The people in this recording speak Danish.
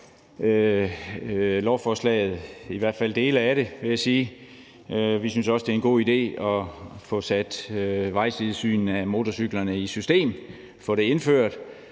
lovforslaget, i hvert fald dele af det, vil jeg sige. Vi synes også, at det er en god idé at få sat vejsidesyn af motorcykler i system, at få det indført,